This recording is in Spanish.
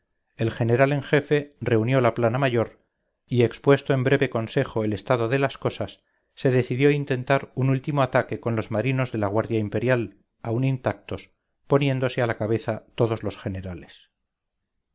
el general en jefe reunió la plana mayor y expuesto en breve consejo el estado de las cosas se decidió intentar un último ataque con los marinos de la guardia imperial aún intactos poniéndose a la cabeza todos los generales